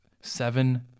seven